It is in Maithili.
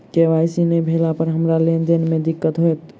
के.वाई.सी नै भेला पर हमरा लेन देन मे दिक्कत होइत?